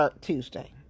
Tuesday